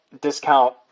discount